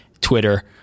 Twitter